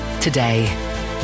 today